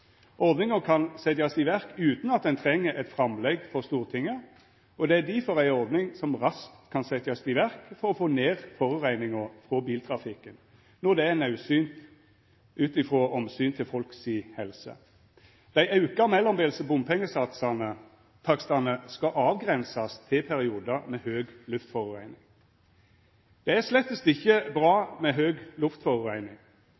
Ordninga kan setjast i verk utan at ein treng eit framlegg for Stortinget, og det er difor ei ordning som raskt kan setjast i verk for å få ned forureininga frå biltrafikken når det er naudsynt ut frå omsynet til folk si helse. Dei auka mellombelse bompengetakstane skal avgrensast til periodar med høg luftforureining. Det er slett ikkje